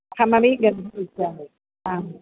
अहमपि गन्तुमिच्छामि आम्